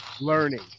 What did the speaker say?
learning